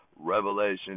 revelation